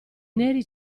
neri